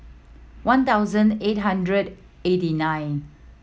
one thousand eight hundred eighty nine